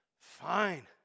fine